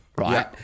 right